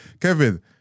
kevin